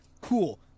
cool